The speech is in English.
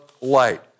light